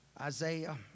Isaiah